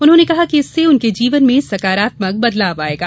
उन्होंने कहा कि इससे उनके जीवन में सकारात्मक बदलाव आयेगा